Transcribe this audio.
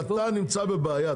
אתה נמצא בבעיה.